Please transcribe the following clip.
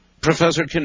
Professor